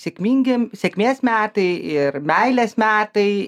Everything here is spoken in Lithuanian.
sėkmingi sėkmės metai ir meilės metai